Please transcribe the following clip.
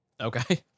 Okay